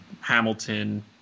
Hamilton